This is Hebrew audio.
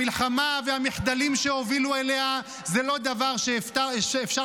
המלחמה והמחדלים שהובילו אליה זה לא דבר שאפשר